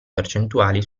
percentuali